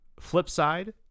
Flipside